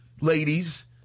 ladies